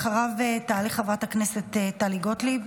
אחריו תעלה חברת הכנסת טלי גוטליב.